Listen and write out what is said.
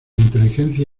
inteligencia